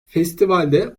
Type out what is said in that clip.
festivalde